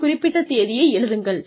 அந்த குறிப்பிட்ட தேதியை எழுதுங்கள்